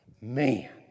Man